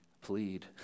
plead